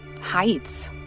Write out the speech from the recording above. heights